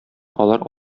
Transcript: алар